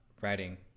writing